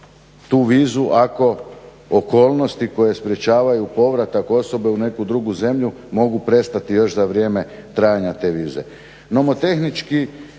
tu vizu ako okolnosti koje sprječavaju povratak osobe u neku drugu zemlju mogu prestati još za vrijeme trajanja te vize.